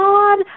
God